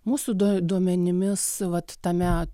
mūsų duomenimis vat tame